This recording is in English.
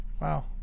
Wow